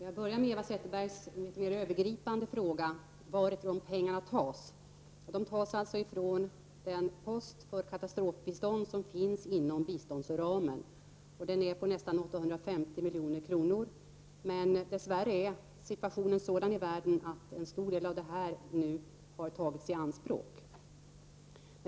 Herr talman! Låt mig börja med Eva Zetterbergs mer övergripande fråga om varifrån pengarna tas. Pengarna tas från den post för katastrofbistånd som finns inom biståndsramen. Denna post är på nästan 850 milj.kr., men dess värre är situationen i världen sådan att en stor del av denna summa nu har tagits i anspråk.